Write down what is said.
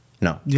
no